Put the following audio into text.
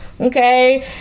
Okay